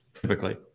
typically